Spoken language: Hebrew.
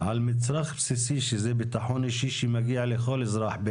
על מצרך בסיסי שזה ביטחון אישי שמגיע לכל אזרח,